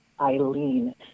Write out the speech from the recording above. Eileen